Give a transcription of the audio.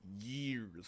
years